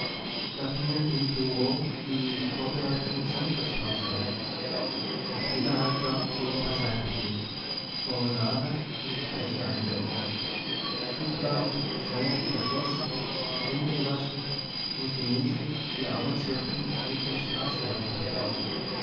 da fingen im bureau die vorbereitungen zur mittagspause an die federhalter wurden beiseite gelegt formulare in die fächer eingeordnet schubladen schränke verschlossen hände gewaschen und gemächlich die arbeitsjoppen mit den straßenröcken vertauscht